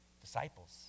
disciples